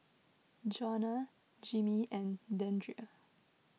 Jonah Jimmy and Deandre